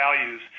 values